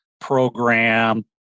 program